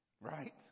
Right